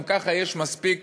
גם ככה יש מספיק